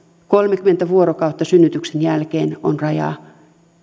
kolmekymmentä vuorokautta synnytyksen jälkeen on raja